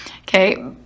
Okay